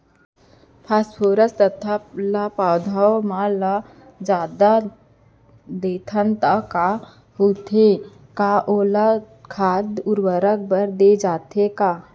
Phosphorus तथा ल पौधा मन ल जादा देथन त का होथे हे, का ओला खाद उर्वरक बर दे जाथे का?